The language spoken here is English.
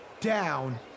down